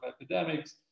epidemics